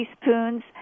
teaspoons